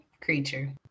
Creature